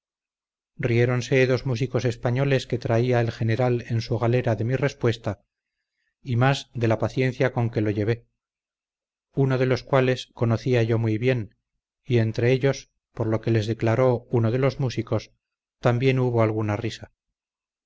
riéronse dos músicos españoles que traía el general en su galera de mi respuesta y más de la paciencia con que lo llevé uno de los cuales conocía yo muy bien y entre ellos por lo que les declaró uno de los músicos también hubo alguna risa